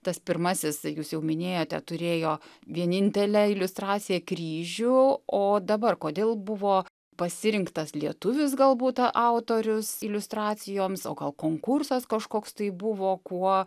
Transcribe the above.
tas pirmasis jūs jau minėjote turėjo vienintelę iliustraciją kryžių o dabar kodėl buvo pasirinktas lietuvis galbūt autorius iliustracijoms o gal konkursas kažkoks tai buvo kuo